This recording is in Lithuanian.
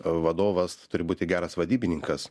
vadovas turi būti geras vadybininkas